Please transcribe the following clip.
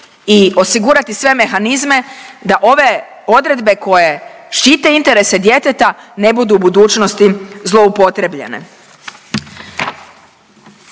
i osigurati sve mehanizme da ove odredbe koje štite interese djeteta ne budu u budućnosti zlouporabljene.